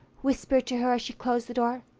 whispered to her as she closed the door